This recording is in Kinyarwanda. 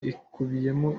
ikubiyemo